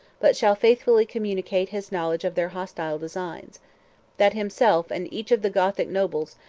but shall faithfully communicate his knowledge of their hostile designs that himself, and each of the gothic nobles,